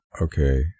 okay